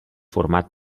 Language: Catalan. format